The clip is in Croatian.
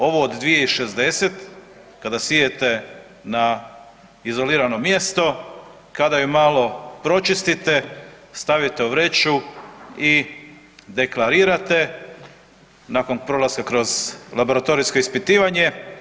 Ovu od 2 i 60 kada sijete na izolirano mjesto, kada je malo pročistite, stavite u vreću i deklarirate nakon prolaska kroz laboratorijsko ispitivanje.